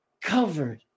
covered